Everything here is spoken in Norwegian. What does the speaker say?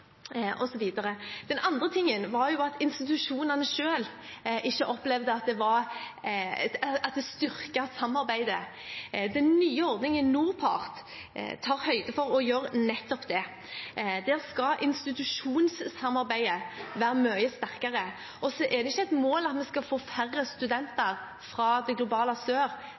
at institusjonene selv ikke opplevde at det styrket samarbeidet. Den nye ordningen, NORPART, tar høyde for å gjøre nettopp det. Der skal institusjonssamarbeidet være mye sterkere. Og så er det ikke et mål at vi skal få færre studenter fra det globale sør